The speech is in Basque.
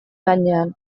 gainean